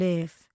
Live